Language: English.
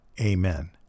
Amen